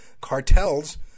cartels